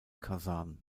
kasan